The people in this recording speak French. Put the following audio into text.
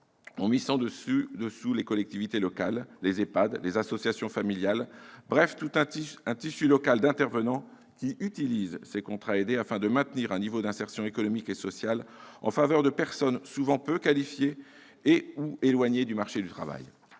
pour personnes âgées dépendantes, ou EHPAD, les associations familiales, bref, tout un tissu local d'intervenants qui utilisent ces contrats aidés afin de maintenir un niveau d'insertion économique et social en faveur de personnes souvent peu qualifiées et/ou éloignées du marché du travail.